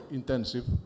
intensive